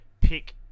pick